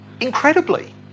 incredibly